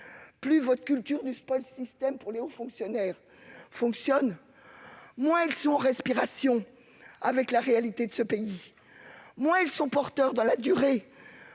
plus votre culture du s'applique pour les hauts fonctionnaires, moins ceux-ci sont en respiration avec la réalité de ce pays, moins ils sont porteurs, dans la durée,